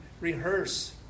rehearse